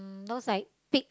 those like pig